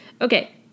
okay